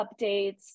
updates